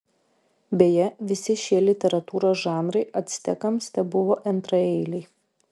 beje visi šie literatūros žanrai actekams tebuvo antraeiliai